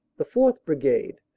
the fourth. brigade,